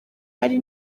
hari